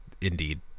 indeed